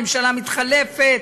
הממשלה מתחלפת,